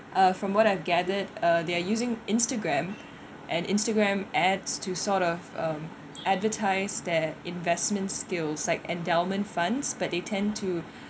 uh from what I've gathered uh they are using Instagram and Instagram ads to sort of um advertise their investment skills like endowment funds but they tend to